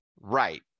right